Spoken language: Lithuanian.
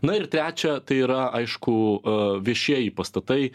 na ir trečia tai yra aišku a viešieji pastatai